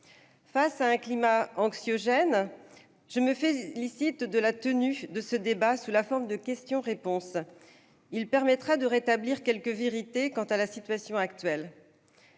Face à un climat anxiogène, je me félicite de la tenue de ce débat sous la forme de questions-réponses. Il permettra de rétablir quelques vérités quant à la situation actuelle.